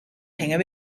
gingen